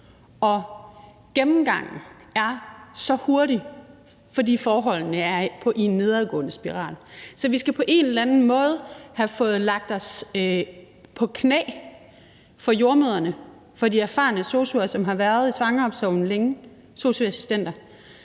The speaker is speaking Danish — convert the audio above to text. og gennemgangen er så hurtig, fordi forholdene er i en nedadgående spiral. Så vi skal på en eller anden måde have fået lagt os på knæ for jordemødrene, for de erfarne sosu-assistenter – social- og sundhedsassistenter,